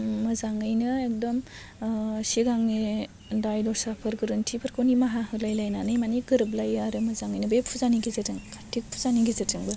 मोजाङैनो एकदम सिगांनि दाय दसफोर गोरोन्थिफोरखौ निमाहा होलायनानै माने गोरोबलायो आरो मोजाङैनो बे फुजानि गेजेरजों कार्तिक फुजानि गेजेरजोंबो